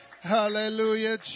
Hallelujah